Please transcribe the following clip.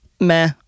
meh